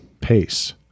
pace